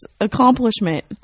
Accomplishment